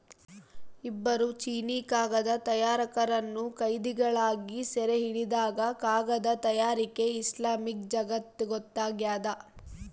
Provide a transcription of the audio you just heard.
ಇಬ್ಬರು ಚೀನೀಕಾಗದ ತಯಾರಕರನ್ನು ಕೈದಿಗಳಾಗಿ ಸೆರೆಹಿಡಿದಾಗ ಕಾಗದ ತಯಾರಿಕೆ ಇಸ್ಲಾಮಿಕ್ ಜಗತ್ತಿಗೊತ್ತಾಗ್ಯದ